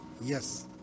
Yes